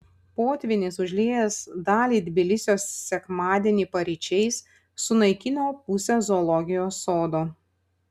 potvynis užliejęs dalį tbilisio sekmadienį paryčiais sunaikino pusę zoologijos sodo